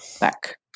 back